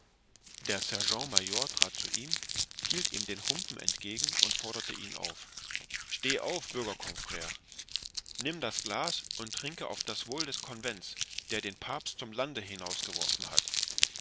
der sergent major trat zu ihm hielt ihm den humpen entgegen und forderte ihn auf steh auf bürger confrre nimm das glas und trinke auf das wohl des convents der den papst zum lande hinausgeworfen hat